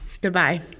Goodbye